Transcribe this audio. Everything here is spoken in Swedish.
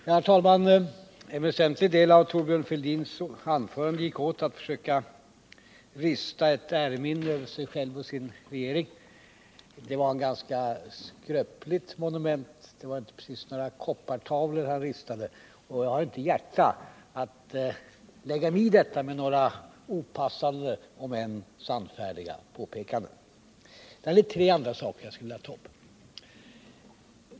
Herr talman! En väsentlig del av Thorbjörn Fälldins anförande gick åt till att försöka rista ett äreminne över honom själv och hans regering. Det var ett ganska skröpligt monument — det var inte precis på några koppartavlor det ristades — och jag har inte hjärta att lägga mig i detta med några opassande om än sannfärdiga påpekanden. Jag skulle i stället vilja ta upp tre andra saker.